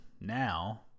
now